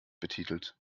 betitelt